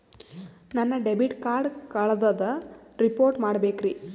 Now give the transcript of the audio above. ನನ್ನ debit card ಕಳ್ದದ report ಮಾಡಬೇಕ್ರಿ